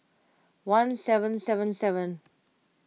one seven seven seven